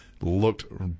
looked